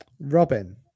Robin